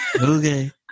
okay